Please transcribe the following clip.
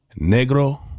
Negro